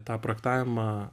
tą projektavimą